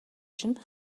чинь